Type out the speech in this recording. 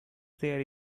there